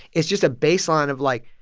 it's just a baseline of, like,